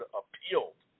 appealed